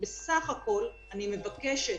בסך הכול אני מבקשת